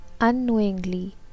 unknowingly